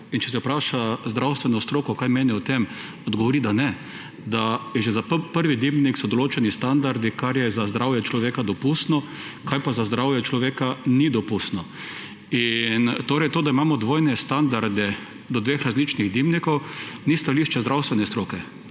Če se vpraša zdravstveno stroko, kaj meni o tem, odgovori da ne, da so že za prvi dimnik določeni standardi, kaj je za zdravje človeka dopustno, kaj pa za zdravje ni dopustno. To, da imamo dvojne standarde do dveh različnih dimnikov, ni stališče zdravstvene stroke,